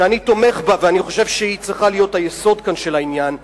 שאני תומך בה ואני חושב שהיא צריכה להיות היסוד של העניין כאן,